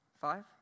five